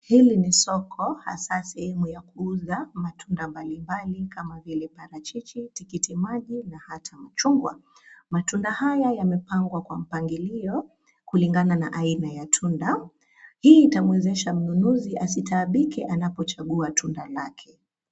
Hili ni soko hasa sehemu ya kuuza matunda mbalimbali kama vile parachichi, tikiti maji na hata machungwa. Matunda haya yamepangwa kwa mpangilio kulingana na aina ya tunda, hii itamwezesha mnunuzi asitaabike anapochagua tunda lake.